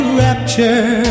rapture